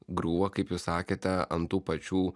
griūva kaip jūs sakėte ant tų pačių